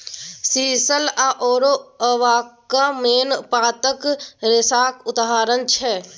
sisal आओर abaca मेन पातक रेशाक उदाहरण छै